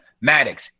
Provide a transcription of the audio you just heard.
Maddox